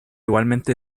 igualmente